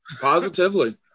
positively